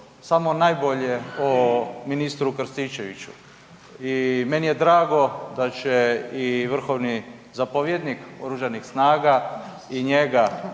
samo najbolje o ministru Krstičeviću i meni je drago da će i vrhovni zapovjednik oružanih snaga i njega